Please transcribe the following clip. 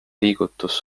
liigutus